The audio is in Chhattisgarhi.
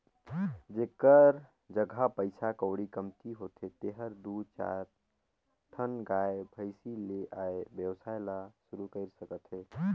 जेखर जघा पइसा कउड़ी कमती होथे तेहर दू चायर ठन गाय, भइसी ले ए वेवसाय ल सुरु कईर सकथे